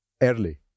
early